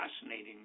fascinating